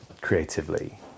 creatively